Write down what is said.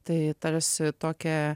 tai tarsi tokią